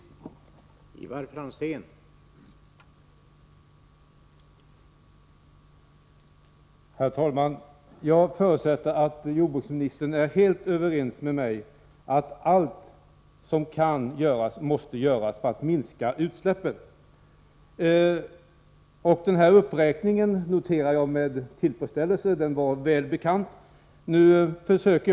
Jag återkommer till denna fråga.